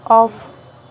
off